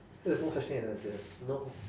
there's no such thing as accidental no